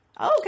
okay